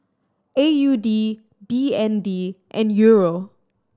A U D B N D and Euro